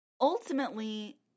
Ultimately